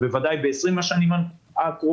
ובוודאי ב-20 השנים הקרובות,